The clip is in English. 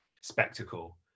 spectacle